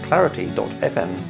Clarity.fm